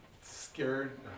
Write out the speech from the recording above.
scared